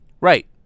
Right